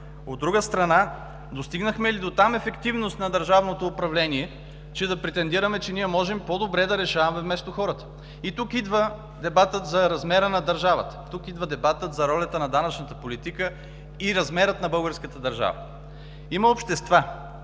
От друга страна, достигнахме ли до ефективност на държавното управление, че да претендираме, че ние можем по-добре да решаваме вместо хората? И тук идва дебатът за размера за държавата. Тук идва дебатът за ролята на данъчната политика и размера на българската държава. Има общества,